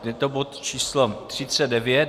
Je to bod číslo 39.